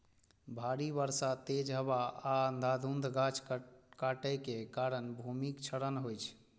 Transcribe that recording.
भारी बर्षा, तेज हवा आ अंधाधुंध गाछ काटै के कारण भूमिक क्षरण होइ छै